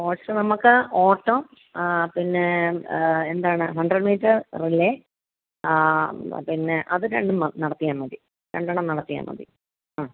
sports നമുക്ക് ഓട്ടം പിന്നേ എന്താണ് ഹൺഡ്രഡ് മീറ്റർ റിലേ പിന്നെ അത് രണ്ടും നടത്തിയാൽ മതി രണ്ടെണ്ണം നടത്തിയാൽ മതി ആ